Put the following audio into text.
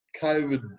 COVID